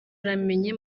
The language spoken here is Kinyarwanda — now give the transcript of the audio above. uramenye